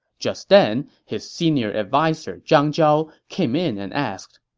just then, his senior adviser zhang zhao came in and asked,